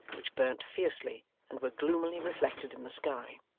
which burnt fiercely and were gloomily reflected in the sky.